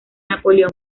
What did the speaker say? napoleón